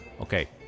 okay